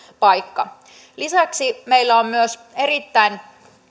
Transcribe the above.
paikka lisäksi meillä on myös erittäin